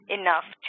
enough